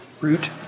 root